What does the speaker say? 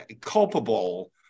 culpable